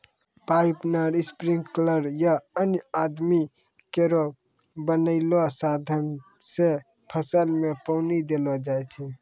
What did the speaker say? pipe, नहर, sprinkler या अन्य आदमी केरो बनैलो साधन सें फसल में पानी देलो जाय छै